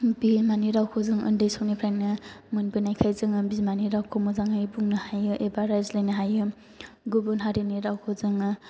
बिमानि रावखौ जोङो उन्दै समनिफ्रायनो मोनबोनायखाय जोङो बिमानि रावखौ मोजाङै बुंनो हायो एबा रायज्लायनो हायो गुबुन हारिनि रावखौ जोङो